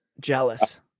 Jealous